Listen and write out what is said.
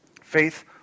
Faith